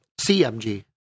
CMG